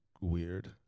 weird